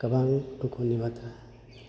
गोबां दुखुनि बाथ्रा